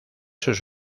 sus